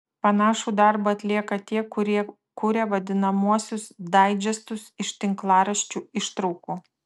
panašų darbą atlieka tie kurie kuria vadinamuosius daidžestus iš tinklaraščių ištraukų